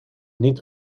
niet